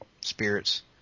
spirits